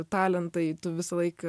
talentai tu visąlaik